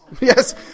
Yes